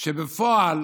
שבפועל